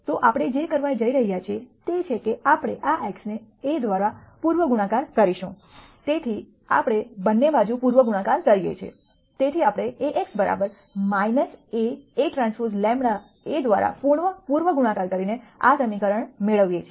તો આપણે જે કરવા જઈ રહ્યા છીએ તે છે કે આપણે આ x ને A દ્વારા પૂર્વ ગુણાકાર કરીશું તેથી આપણે બંને બાજુ પૂર્વ ગુણાકાર કરીએ છીએ તેથી આપણે a x A A ᵀ λ A દ્વારા પૂર્વ ગુણાકાર કરી ને આ સમીકરણ મેળવીયે છીએ